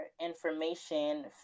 information